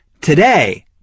today